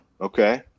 Okay